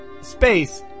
space